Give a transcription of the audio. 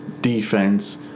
defense